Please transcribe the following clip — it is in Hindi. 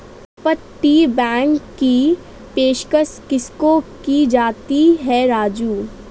अपतटीय बैंक की पेशकश किसको की जाती है राजू?